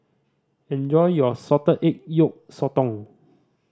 enjoy your salted egg yolk sotong